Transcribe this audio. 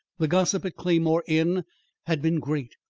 the gossip at claymore inn had been great,